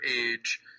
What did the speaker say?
age